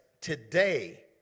today